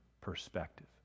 perspective